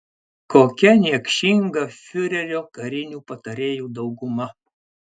kokia niekšinga fiurerio karinių patarėjų dauguma